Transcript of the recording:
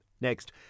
Next